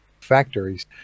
factories